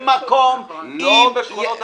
לא בשכונות המגורים.